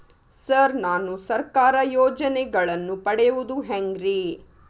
Sir ನಾನು ಸರ್ಕಾರ ಯೋಜೆನೆಗಳನ್ನು ಪಡೆಯುವುದು ಹೆಂಗ್ರಿ?